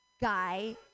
guy